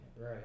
Right